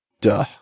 Duh